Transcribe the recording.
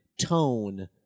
tone